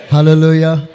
Hallelujah